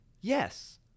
Yes